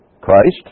Christ